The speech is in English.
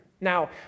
Now